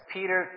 Peter